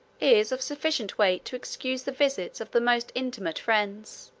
is of sufficient weight to excuse the visits of the most intimate friends